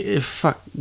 fuck